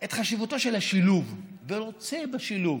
את חשיבותו של השילוב ורוצה בשילוב,